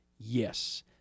Yes